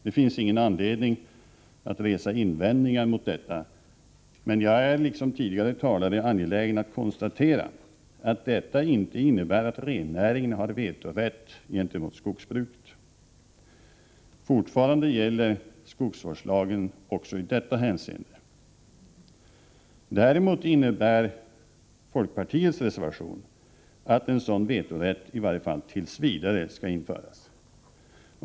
Det finns ingen anledning att resa invändningar mot detta. Men jag är liksom tidigare talare angelägen att konstatera att detta inte innebär att rennäringen har vetorätt mot skogsbruket. Fortfarande gäller skogsvårdslagen också i detta hänseende. Däremot innebär folkpartiets reservation att en sådan vetorätt i varje fall t. v. skall införas.